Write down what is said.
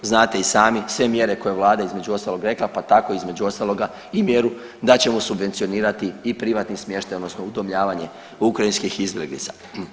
Znate i sami, sve mjere koje je vlada između ostalog rekla, pa tako između ostaloga i mjeru da ćemo subvencionirati i privatni smještaj odnosno udomljavanje ukrajinskih izbjeglica.